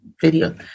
video